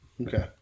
Okay